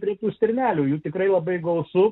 prie tų stirnelių jų tikrai labai gausu